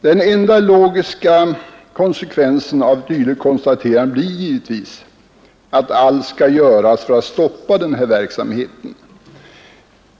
Den enda logiska följden av ett dylikt konstaterande blir givetvis att allt måste göras för att stoppa denna verksamhet.